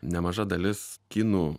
nemaža dalis kinų